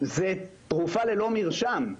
זה תרופה ללא מרשם.